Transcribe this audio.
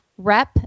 rep